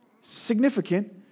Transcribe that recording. Significant